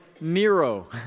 Nero